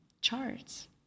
charts